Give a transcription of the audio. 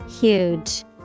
Huge